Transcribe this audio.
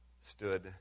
stood